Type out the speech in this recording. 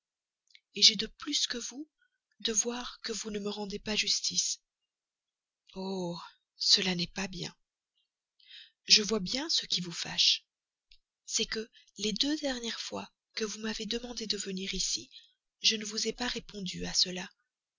volontairement j'ai de plus que vous de voir que vous ne me rendez pas justice oh cela n'est pas bien je vois bien ce qui vous fâche c'est que les deux dernières fois que vous m'avez demandé de venir ici je ne vous ai pas répondu à cela